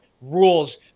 rules